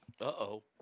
Uh-oh